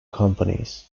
companies